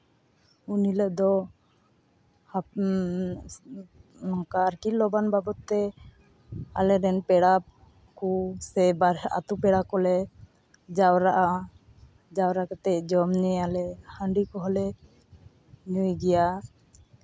ᱩᱱᱦᱤᱞᱳᱜ ᱫᱚ ᱱᱚᱝᱠᱟ ᱟᱨᱠᱤ ᱞᱚᱵᱟᱱ ᱵᱟᱵᱚᱫ ᱛᱮ ᱟᱞᱮ ᱨᱮᱱ ᱯᱮᱲᱟ ᱠᱚ ᱥᱮ ᱟᱹᱛᱩ ᱯᱮᱲᱟ ᱠᱚᱞᱮ ᱡᱟᱣᱨᱟᱜᱼᱟ ᱡᱟᱣᱨᱟ ᱠᱟᱛᱮᱫ ᱡᱚᱢ ᱧᱩᱭᱟᱞᱮ ᱦᱟᱺᱰᱤ ᱠᱚᱦᱚᱸᱞᱮ ᱧᱩᱭ ᱜᱮᱭᱟ